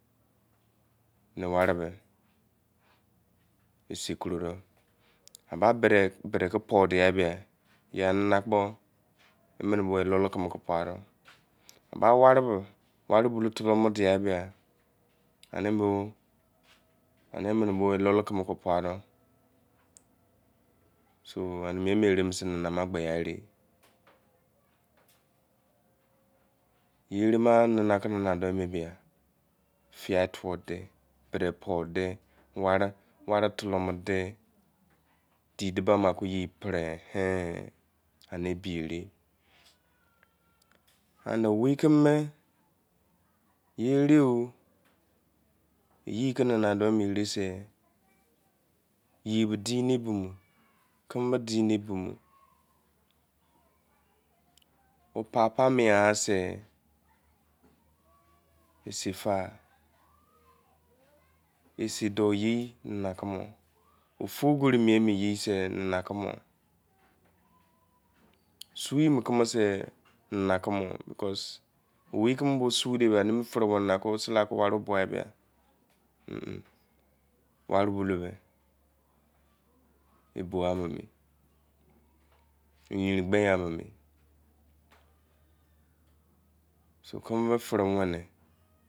Ye ware abeh, esin koro de, eba be-de ke pri dia repo, ye la kpo- emene bo numu reeme ke pa-de ban ware me, ware bulobo lolo kene ere ke pade, fia tuo tan, be-de poindei, ware telenu den, di dubamu, owei jeeme su, ere ke nana domene-se ye-din bimo wey papa mien sai, seifa, ofrobilsi nana yei sei nana kumo sun kumu se nana kumuy fiane freware